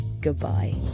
goodbye